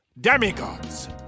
Demigods